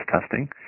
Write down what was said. testing